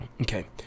Okay